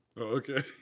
Okay